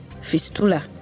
fistula